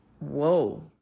whoa